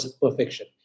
perfection